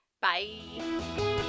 Bye